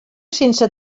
sense